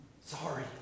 Sorry